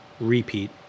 Repeat